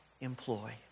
employ